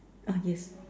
ah yes